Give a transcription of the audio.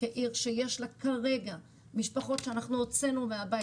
כעיר שיש לה כרגע משפחות שאנחנו הוצאנו מהבית,